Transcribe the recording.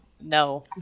No